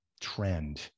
trend